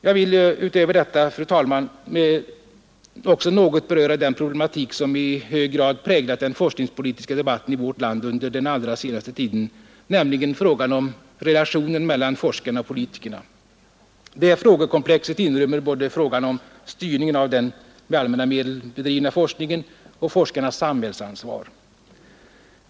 Jag vill utöver detta, fru talman, också något beröra den problematik som i hög grad präglat den forskningspolitiska debatten i vårt land under den allra senaste tiden, nämligen frågan om relationen mellan forskarna och politikerna. Det frågekomplexet inrymmer både frågan om styrningen av den med allmänna medel bedrivna forskningen och forskarnas sam hällsansvar.